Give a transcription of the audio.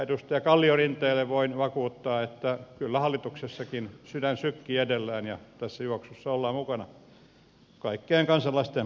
edustaja kalliorinteelle voin vakuuttaa että kyllä hallituksessakin sydän sykkii edelleen ja tässä juoksussa ollaan mukana kaikkien kansalaistemme hyväksi